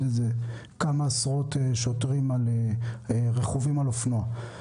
כמה עשרות שוטרים רכובים על אופנוע.